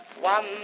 One